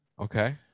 Okay